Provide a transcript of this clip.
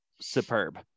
superb